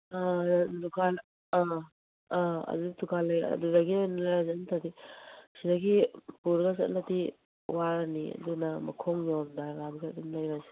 ꯑ ꯗꯨꯀꯥꯟ ꯑ ꯑ ꯑꯗꯨꯗ ꯗꯨꯀꯥꯟ ꯂꯩ ꯑꯗꯨꯗꯒꯤ ꯑꯣꯏꯅ ꯂꯩꯔꯁꯦ ꯅꯠꯇ꯭ꯔꯗꯤ ꯁꯤꯗꯒꯤ ꯄꯨꯔꯒ ꯆꯠꯂꯗꯤ ꯋꯥꯔꯅꯤ ꯑꯗꯨꯅ ꯃꯈꯣꯡ ꯌꯧꯔꯝꯗꯥꯏꯀꯥꯟꯗ ꯑꯗꯨꯝ ꯂꯩꯔꯁꯤ